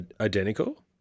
identical